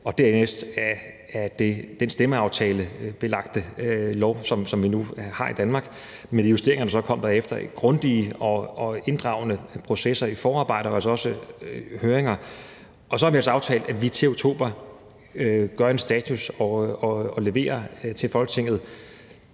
og dernæst af den stemmeaftalebelagte lov, som vi nu har i Danmark, med de justeringer, der så kom derefter, grundige og inddragende processer i forarbejdet og altså også høringer. Så har vi også aftalt, at vi til oktober gør en status og leverer til Folketinget,